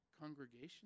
congregation